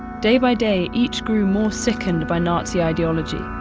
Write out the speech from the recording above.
day by day, each grew more sickened by nazi ideology.